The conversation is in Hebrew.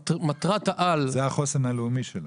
זה החוסן הלאומי שלנו.